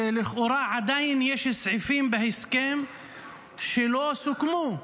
שלכאורה עדיין יש סעיפים בהסכם שלא סוכמו,